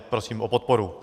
Prosím o podporu.